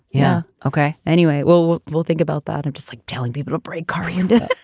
yeah. okay. anyway. well, we'll we'll think about that. and just like telling people to break corrinda